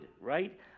right